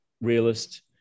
realist